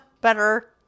better